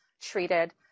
treated